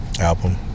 album